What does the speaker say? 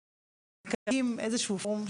שקרא להקים איזשהו פורום,